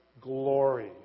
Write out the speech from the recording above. glory